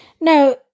No